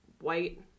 white